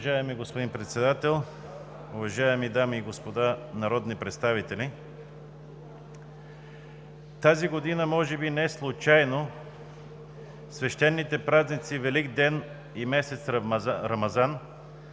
Уважаеми господин Председател, уважаеми дами и господа народни представители! Тази година може би неслучайно свещените празници Великден и месец Рамазан